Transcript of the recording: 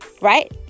Right